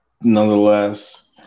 nonetheless